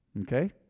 Okay